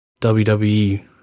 WWE